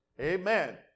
Amen